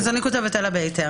אז אני אוסיף "אלא בהיתר".